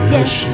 Yes